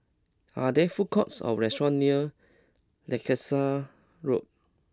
are there food courts or restaurants near Leicester Road